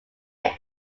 units